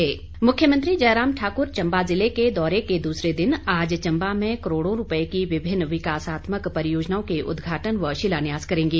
मख्यमंत्री मुख्यमंत्री जयराम ठाकुर चंबा जिले के दौरे के दूसरे दिन आज चंबा में करोड़ों रुपये की विभिन्न विकासात्मक परियोजनाओं के उद्घाटन व शिलान्यास करेंगे